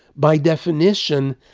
by definition,